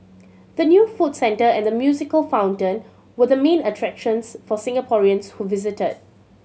the new food centre and the musical fountain were the main attractions for Singaporeans who visited